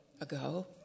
ago